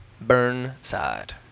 Burnside